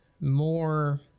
more